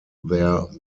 their